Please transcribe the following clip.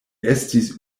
estis